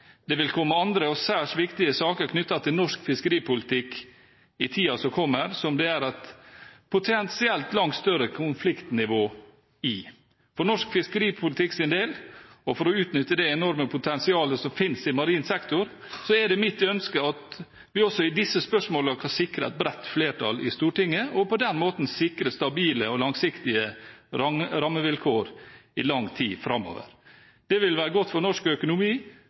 Det vil komme andre og særs viktige saker knyttet til norsk fiskeripolitikk i tiden som kommer, som det er et potensielt langt større konfliktnivå i. For norsk fiskeripolitikks del – og for å utnytte det enorme potensialet som fins i marin sektor – er det mitt ønske at vi også i disse spørsmålene kan sikre et bredt flertall i Stortinget, og på den måten sikre stabile og langsiktige rammevilkår i lang tid framover. Det vil være godt for norsk økonomi,